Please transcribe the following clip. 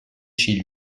chez